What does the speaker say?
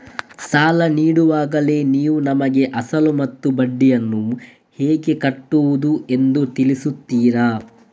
ಸಾಲ ನೀಡುವಾಗಲೇ ನೀವು ನಮಗೆ ಅಸಲು ಮತ್ತು ಬಡ್ಡಿಯನ್ನು ಹೇಗೆ ಕಟ್ಟುವುದು ಎಂದು ತಿಳಿಸುತ್ತೀರಾ?